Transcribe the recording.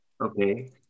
Okay